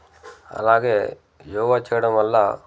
అలాగే యోగా చేయడం వల్ల